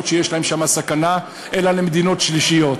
שיש שם סכנה להם אלא למדינות שלישיות.